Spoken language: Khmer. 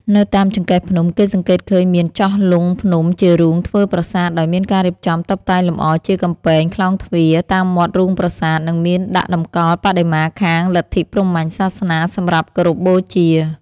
នៅ តាមចង្កេះភ្នំ គេសង្កេតឃើញមានចោះលុងភ្នំជារូងធ្វើប្រាសាទដោយមានការរៀបចំ តុបតែងលម្អជាកំពែង ក្លោងទ្វារ តាមមាត់រូងប្រាសាទ និងមានដាក់តម្កល់បដិមាខាង លទ្ធិព្រហ្មញ្ញសាសនា សម្រាប់គោរពបូជា